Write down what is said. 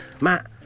Matt